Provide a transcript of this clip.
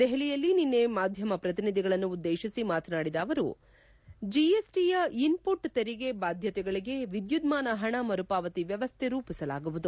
ದೆಹಲಿಯಲ್ಲಿ ನಿನ್ನೆ ಮಾಧ್ಯಮ ಪ್ರತಿನಿಧಿಗಳನ್ನು ಉದ್ದೇತಿಸಿ ಮಾತನಾಡಿದ ಅವರು ಜಿಎಸ್ಟಿಯ ಇನ್ಪುಟ್ ತೆರಿಗೆ ಬಾಧ್ಯತೆಗಳಿಗೆ ವಿದ್ದುನ್ನಾನ ಹಣ ಮರುಪಾವತಿ ವ್ಣವಸ್ಥೆ ರೂಪಿಸಲಾಗುವುದು